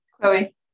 Chloe